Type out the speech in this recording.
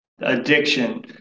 addiction